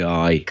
Guy